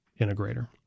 integrator